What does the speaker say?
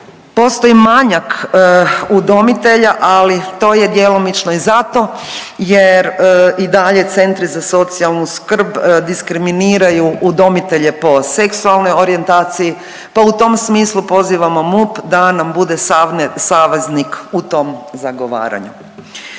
postoji manjak udomitelja, ali to je djelomično i zato jer i dalje centri za socijalnu skrb diskriminiraju udomitelje po seksualnoj orijentaciji, pa u tom smislu pozivamo MUP da nam bude saveznik u tom zagovaranju.